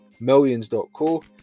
Millions.co